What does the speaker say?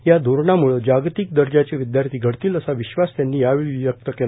या धोरणाम्ळे जागतिक दर्जाचे विद्यार्थी घडतील असा विश्वास त्यांनी व्यक्त केला